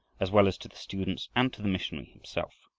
as well as to the students and to the missionary himself.